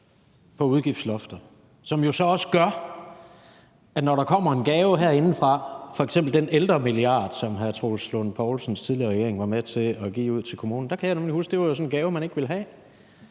på udgiftsloftet, som jo så også gør, at når der kommer en gave herindefra, f.eks. den ældremilliard, som hr. Troels Lund Poulsens tidligere regering var med til at give kommunerne, må man prioritere nogle andre steder? Jeg kan nemlig huske,